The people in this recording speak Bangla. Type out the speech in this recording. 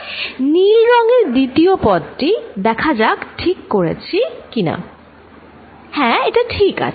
নীল রংয়ের দ্বিতীয় পদটি দেখা যাক ঠিক করেছি কিনাRefer Time 0924 হ্যাঁ এটা ঠিক আছে